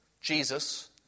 Jesus